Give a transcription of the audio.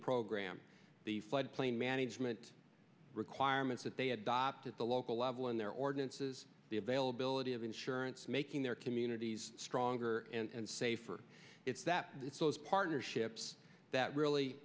program the floodplain management requirements that they adopt at the local level in their ordinances the availability of insurance making their communities stronger and safer it's that it's those partnerships that really